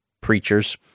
preachers